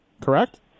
Correct